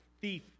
thief